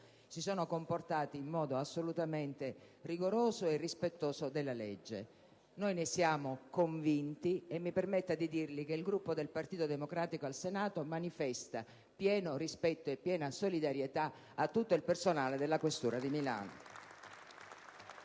si sono comportati in modo assolutamente rigoroso e rispettoso della legge. Noi ne siamo convinti e mi permetta di dirle che il Gruppo del Partito Democratico al Senato manifesta pieno rispetto e piena solidarietà a tutto il personale della questura di Milano.